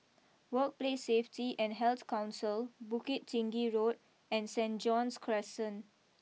Workplace Safety and Health Council Bukit Tinggi Road and Saint John's Crescent